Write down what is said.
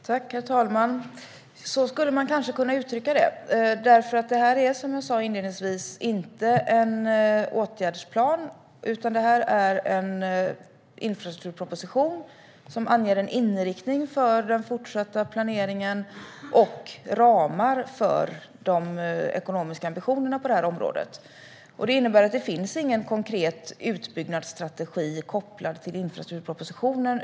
Herr talman! Så skulle man kanske kunna uttrycka det. Som jag sa inledningsvis är det här är inte en åtgärdsplan utan en infrastrukturproposition som anger en inriktning för den fortsatta planeringen och ramar för de ekonomiska ambitionerna på området. Det innebär att det inte finns någon konkret utbyggnadsstrategi kopplad till infrastrukturpropositionen.